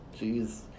Jeez